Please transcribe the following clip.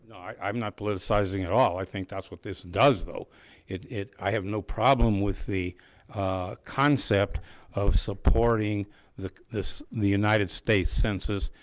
i'm not politicizing at all. i think that's what this does though it it i have no problem with the concept of supporting the this the united states census,